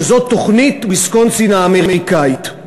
וזאת תוכנית ויסקונסין האמריקנית.